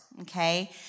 okay